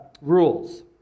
rules